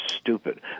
stupid